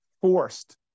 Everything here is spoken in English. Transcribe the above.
forced